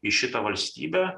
į šitą valstybę